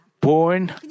born